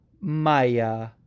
Maya